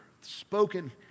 spoken